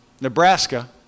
Nebraska